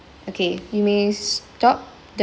okay you may stop the